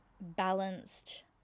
balanced